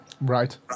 right